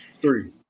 three